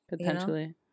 Potentially